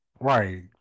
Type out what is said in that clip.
Right